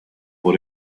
por